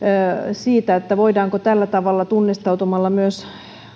siitä voidaanko tällä tavalla tunnistautumalla myös